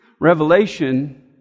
Revelation